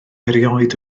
erioed